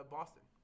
Boston